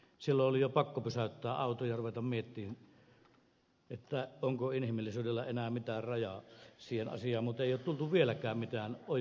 silloin oli jo pakko pysäyttää auto ja ruveta miettimään onko inhimillisyydellä enää mitään rajaa siihen asiaan mutta ei ole tullut vieläkään mitään ojennusta